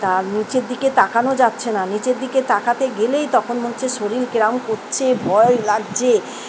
তা নিচের দিকে তাকানো যাচ্ছে না নিচের দিকে তাকাতে গেলেই তখন মনে হচ্ছে শরীর কীরকম করছে ভয় লাগছে